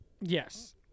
Yes